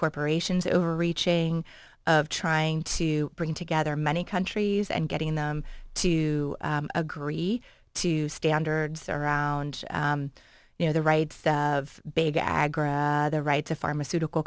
corporations overreaching of trying to bring together many countries and getting them to agree to standards around you know the rights of big agro the rights of pharmaceutical